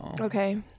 Okay